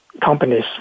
companies